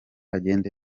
agende